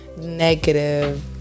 negative